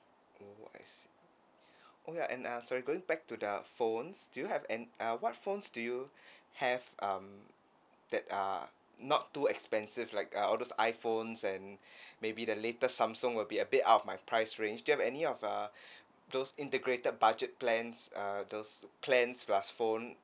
oh I see oh ya and uh sorry going back to the phones do you have and uh what phones do you have um that are not too expensive like uh all those iPhones and maybe the latest Samsung will be a bit out of my price range do you have any of uh those integrated budget plans uh those plans plus phone